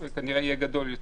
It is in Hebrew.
כנראה יהיה גדול יותר.